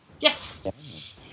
yes